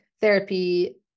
therapy